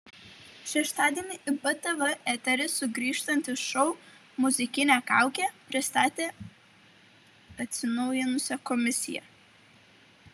šeštadienį į btv eterį sugrįžtantis šou muzikinė kaukė pristatė atsinaujinusią komisiją